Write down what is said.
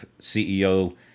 ceo